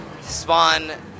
spawn